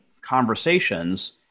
conversations